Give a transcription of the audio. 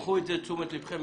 קחו את זה לתשומת לבכם.